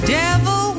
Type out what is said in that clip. devil